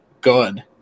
good